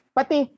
Pati